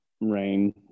rain